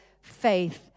faith